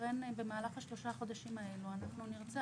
ולכן במהלך השלושה חודשים האלה נרצה,